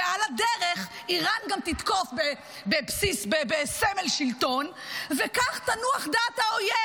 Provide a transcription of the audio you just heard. ועל הדרך איראן תתקוף גם סמל שלטון וכך תנוח דעת האויב,